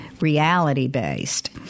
reality-based